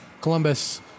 Columbus